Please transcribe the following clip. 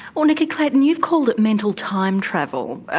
well, nicky clayton, you've called it mental time travel, ah